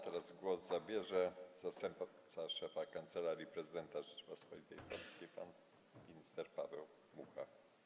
Teraz głos zabierze zastępca szefa Kancelarii Prezydenta Rzeczypospolitej Polskiej pan minister Paweł Mucha.